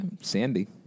sandy